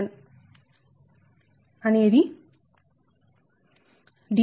Dba Dbb